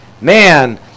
Man